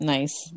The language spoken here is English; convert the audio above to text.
Nice